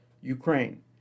Ukraine